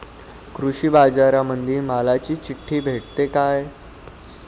कृषीबाजारामंदी मालाची चिट्ठी भेटते काय?